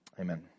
Amen